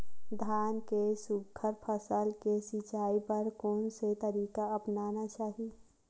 धान के सुघ्घर फसल के सिचाई बर कोन से तरीका अपनाना चाहि?